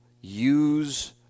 use